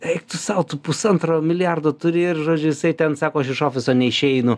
eik tu sau tu pusantro milijardo turi ir žodžiu jisai ten sako aš iš ofiso neišeinu